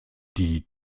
die